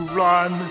run